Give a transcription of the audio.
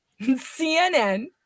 CNN